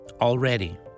already